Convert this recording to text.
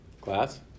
Class